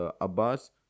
Abbas